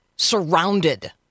surrounded